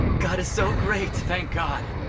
god is so great! thank god!